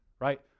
right